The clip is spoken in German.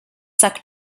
sag